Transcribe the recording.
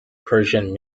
persian